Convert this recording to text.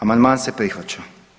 Amandman se prihvaća.